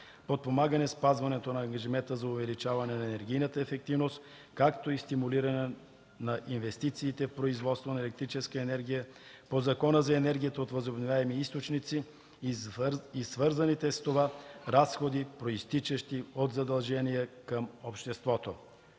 подпомагане спазването на ангажимента за увеличаване на енергийната ефективност, както и стимулиране на инвестициите в производство на електрическа енергия по Закона за енергията от възобновяеми източници и свързаните с това разходи, произтичащи от задължения към обществото.”;